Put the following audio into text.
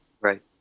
right